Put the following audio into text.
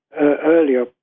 earlier